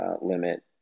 limit